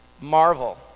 marvel